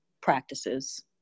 practices